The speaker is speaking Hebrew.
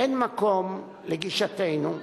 אין מקום, לגישתנו,